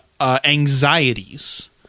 anxieties